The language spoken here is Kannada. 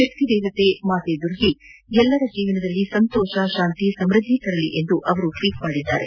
ಶಕ್ತಿ ದೇವತೆ ಮಾತೆ ದುರ್ಗಿ ಎಲ್ಲರ ಜೀವನದಲ್ಲಿ ಸಂತೋಷ ಶಾಂತಿ ಸಮೃದ್ದಿ ತರಲಿ ಎಂದು ಅವರು ಟ್ವೀಟ್ನಲ್ಲಿ ಹಾರ್ೈಸಿದ್ದಾರೆ